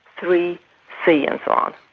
three c and so on.